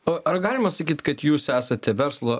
o ar galima sakyt kad jūs esate verslo